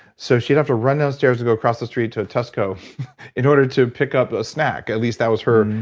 so she'd have to run downstairs to go across the street to a tesco in order to pick up a snack, at least that was her,